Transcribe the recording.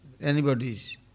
anybody's